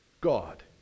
God